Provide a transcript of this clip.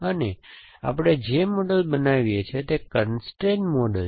અને આપણે જે મૉડલ બનાવીએ છીએ તે કન્સ્ટ્રેઈન મૉડલ છે